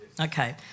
Okay